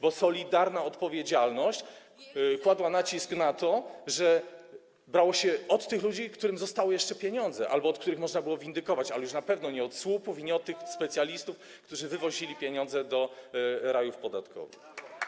bo solidarna odpowiedzialność kładła nacisk na to, że brało się od tych ludzi, którym zostały jeszcze pieniądze albo od których można było windykować, ale już na pewno nie od słupów i nie od tych specjalistów, którzy wywozili pieniądze do rajów podatkowych.